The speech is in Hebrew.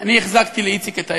אני החזקתי לאיציק את היד.